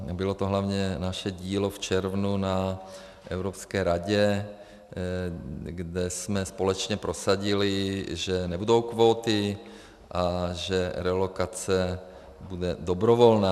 Bylo to hlavně naše dílo v červnu na Evropské radě, kde jsme společně prosadili, že nebudou kvóty a že relokace bude dobrovolná.